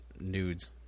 Nudes